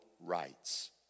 rights